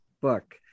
book